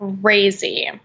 crazy